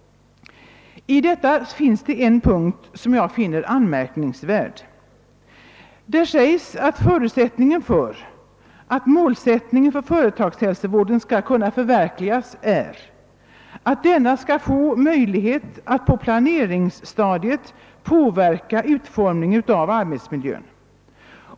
I detta finns en punkt, som jag finner anmärkningsvärd. Där sägs att förutsättningen för att målsättningen inom företagshälsovården skall kunna förverkligas är att denna skall få möjlighet att på planeringsstadiet påverka utformningen av arbetsmiljön.